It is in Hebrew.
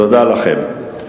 תודה לכם.